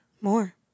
More